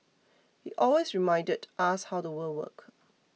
he always reminded us how the world worked